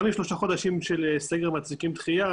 גם אם שלושה חודשים של סגר מצדיקים דחייה,